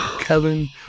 Kevin